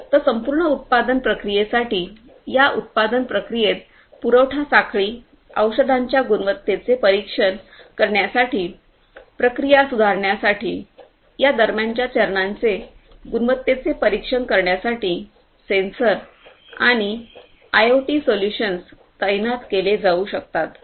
तर संपूर्ण उत्पादन प्रक्रियेसाठी या संपूर्ण उत्पादन प्रक्रियेत पुरवठा साखळी औषधांच्या गुणवत्तेचे परीक्षण करण्यासाठी प्रक्रिया सुधारण्यासाठीया दरम्यानच्या चरणांच्या गुणवत्तेचे परीक्षण करण्यासाठी सेन्सर आणि आयओटी सोल्यूशन्स तैनात केले जाऊ शकतात